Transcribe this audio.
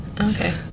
Okay